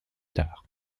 tard